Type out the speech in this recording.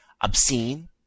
obscene